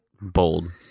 Bold